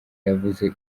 yavuze